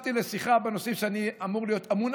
ישבתי לשיחה בנושאים שאני אמור להיות אמון